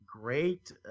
great